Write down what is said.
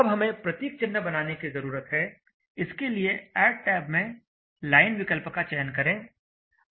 अब हमें प्रतीक चिन्ह बनाने की जरूरत है इसके लिए ऐड टैब में लाइन विकल्प का चयन करें